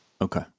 Okay